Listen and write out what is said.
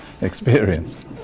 experience